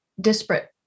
disparate